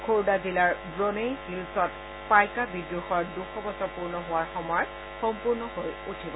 খোৰদা জিলাৰ ব্ৰোনেই হিলচত পাইকা বিদ্ৰোহৰ দুশ বছৰ পূৰ্ণ হোৱাৰ সময়ত সম্পূৰ্ণ হৈ উঠিব